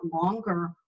longer